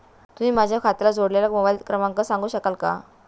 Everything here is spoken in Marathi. तुम्ही माझ्या खात्याला जोडलेला मोबाइल क्रमांक सांगू शकाल का?